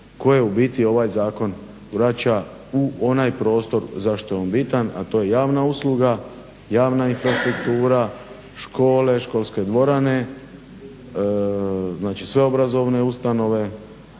koje ubiti ovaj zakon vraća u onaj prostor zašto je on bitan, a to je javna usluga, javna infrastruktura, škole, školske dvorane. Znači sve obrazovne ustanove,